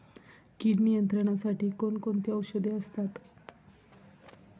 कीड नियंत्रणासाठी कोण कोणती औषधे असतात?